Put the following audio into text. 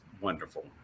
wonderful